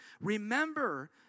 Remember